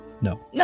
no